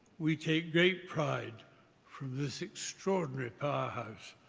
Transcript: we take great pride from this extraordinary powerhouse,